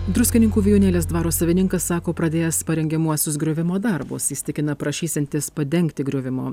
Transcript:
druskininkų vijūnėlės dvaro savininkas sako pradėjęs parengiamuosius griovimo darbus jis tikina prašysiantis padengti griovimo